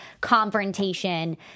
confrontation